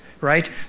right